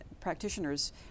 practitioners